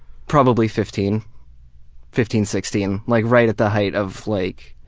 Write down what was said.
probably fifteen fifteen sixteen. like right at the height of like